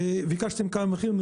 ביקשתם מחיר.